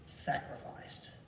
sacrificed